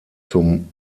zum